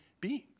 beings